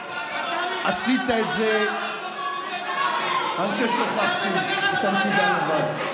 עשית את זה, אני חושב שהוכחתי את הנקודה לבד.